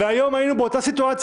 והיום היינו באותה סיטואציה.